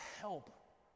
Help